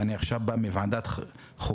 ואני עכשיו בא מוועדת חוקה,